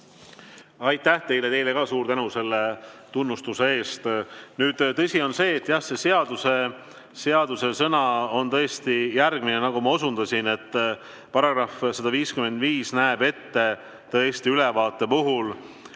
Aitäh teile! Ka teile suur tänu selle tunnustuse eest. Nüüd, tõsi on see, et jah, see seadusesõna on tõesti järgmine, nagu ma osundasin. Paragrahv 155 näeb tõesti ette, et ülevaate puhul